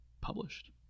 published